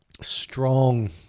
strong